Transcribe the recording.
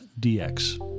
DX